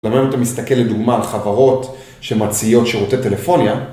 למה אם אתה מסתכל, לדוגמה, על חברות שמציעות שירותי טלפוניה